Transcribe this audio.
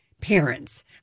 parents